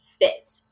fit